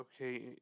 okay